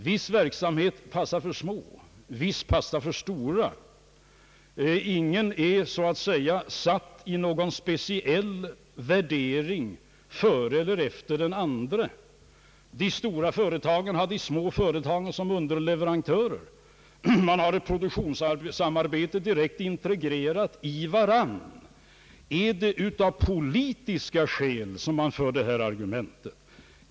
Viss verksamhet passar för små, och viss verksamhet passar för stora företag. Ingen företagstyp värderas fördenskull framför den andra. De stora företagen har de små företagen som underleverantörer. De har ett direkt med varandra integrerat produktionsarbete. Är det av politiska skäl som man för fram detta argument?